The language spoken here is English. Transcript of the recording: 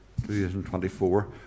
2024